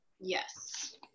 yes